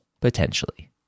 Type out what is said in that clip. potentially